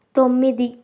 తొమ్మిది